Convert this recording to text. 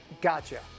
Gotcha